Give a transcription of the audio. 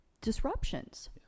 disruptions